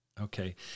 Okay